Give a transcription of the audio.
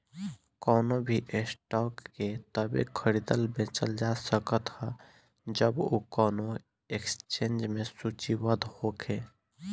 कवनो भी स्टॉक के तबे खरीदल बेचल जा सकत ह जब उ कवनो एक्सचेंज में सूचीबद्ध होखे